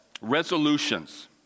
Resolutions